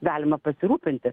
galima pasirūpinti